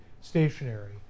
stationary